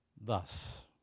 Thus